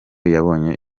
yabonye